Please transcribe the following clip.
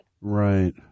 Right